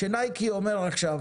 שנייקי אומרת עכשיו: